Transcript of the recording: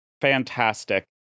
fantastic